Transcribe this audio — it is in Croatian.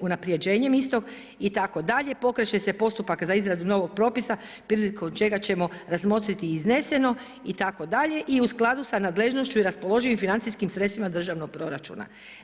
unapređenjem istog itd., pokreće se postupak za izradu novog propisa prilikom čega ćemo razmotriti izneseno i u skladu sa nadležnošću i raspoloživim financijskim sredstvima državnog proračuna.